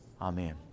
Amen